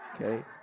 Okay